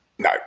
No